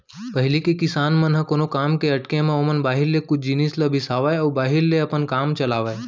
पहिली के किसान मन ह कोनो काम के अटके म ओमन बाहिर ले कुछ जिनिस ल बिसावय अउ बाहिर ले अपन काम चलावयँ